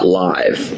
live